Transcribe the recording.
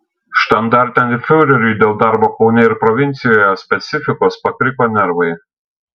štandartenfiureriui dėl darbo kaune ir provincijoje specifikos pakriko nervai